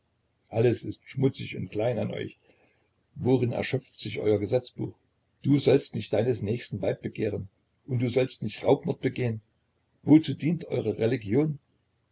alles ist schmutzig und klein an euch worin erschöpft sich euer gesetzbuch du sollst nicht deines nächsten weib begehren und du sollst nicht raubmord begehen wozu dient eure religion